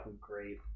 great